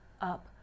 up